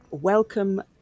Welcome